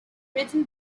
written